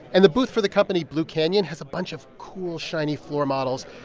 and the booth for the company blue canyon has a bunch of cool, shiny floor models.